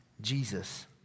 Jesus